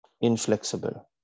inflexible